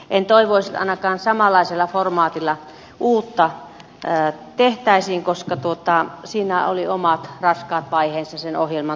en toivoisi että ainakaan samanlaisella formaatilla uutta tehtäisiin koska siinä oli omat raskaat vaiheensa sen ohjelman toteuttamisessa